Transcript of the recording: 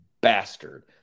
bastard